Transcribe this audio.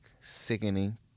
sickening